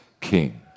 king